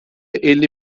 elli